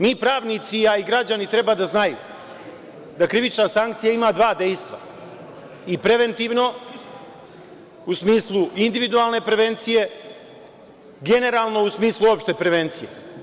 Mi pravnici, a i građani treba da znaju, da krivična sankcija ima dva dejstva i preventivno u smislu individualne prevencije, generalno u smislu opšte prevencije.